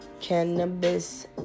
cannabis